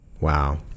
Wow